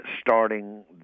starting